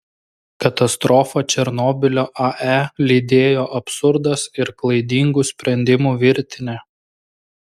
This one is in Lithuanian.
katastrofą černobylio ae lydėjo absurdas ir klaidingų sprendimų virtinė